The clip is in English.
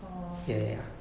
orh